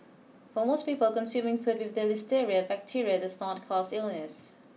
for most people consuming food with the listeria bacteria does not cause illness